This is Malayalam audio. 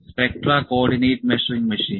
Spectra coordinate measuring machine